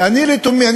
ואני לתומי,